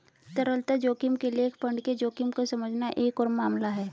तरलता जोखिम के लिए एक फंड के जोखिम को समझना एक और मामला है